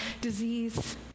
disease